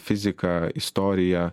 fiziką istoriją